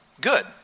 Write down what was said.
good